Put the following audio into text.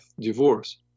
divorce